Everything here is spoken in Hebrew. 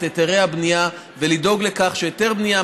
היתרי הבנייה ולדאוג לכך שהיתר בנייה,